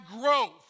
growth